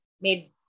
made